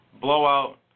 blowout